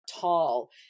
tall